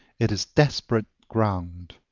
it is desperate ground.